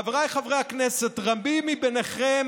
חבריי חברי הכנסת, רבים מביניכם